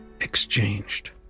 exchanged